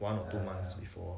one or two months before